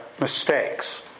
mistakes